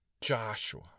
joshua